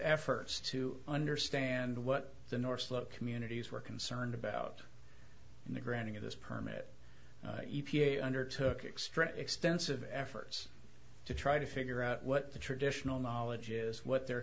efforts to understand what the north slope communities were concerned about in the granting of this permit e p a under took extra extensive efforts to try to figure out what the traditional knowledge is what their